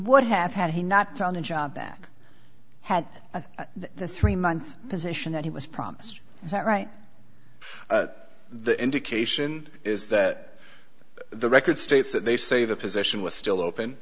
would have had he not thrown in job back at the three month position that he was promised that right at the indication is that the record states that they say the position was still open